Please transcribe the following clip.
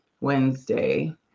wednesday